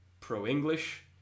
pro-English